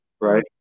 right